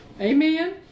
Amen